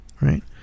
right